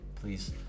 Please